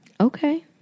Okay